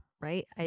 Right